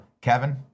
Kevin